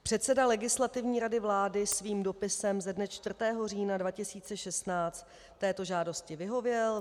Předseda Legislativní rady vlády svým dopisem ze dne 4. října 2016 této žádosti vyhověl.